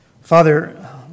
Father